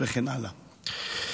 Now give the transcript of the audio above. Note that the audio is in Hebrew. וכן הלאה.